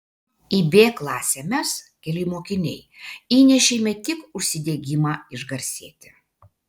į b klasę mes keli mokiniai įnešėme tik užsidegimą išgarsėti